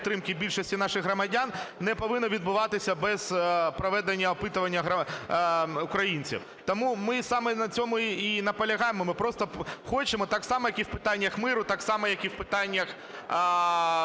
підтримки більшості наших громадян, не повинен відбуватися без проведення опитування українців. Тому ми саме на цьому і наполягаємо. Ми просто хочемо так само, як і в питаннях миру, так само, як і в питаннях